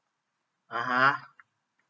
(uh huh)